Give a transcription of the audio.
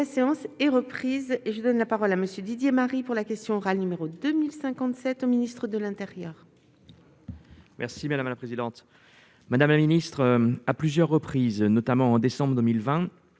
La séance est reprise et je donne la parole à monsieur Didier Marie pour la question orale, numéro 2 1057 au ministre de l'Intérieur. Merci madame la présidente, madame la ministre à plusieurs reprises, notamment en décembre 2000